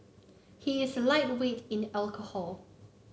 he is a lightweight in the alcohol